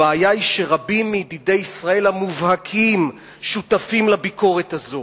הבעיה היא שרבים מידידי ישראל המובהקים שותפים לביקורת הזאת.